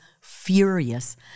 furious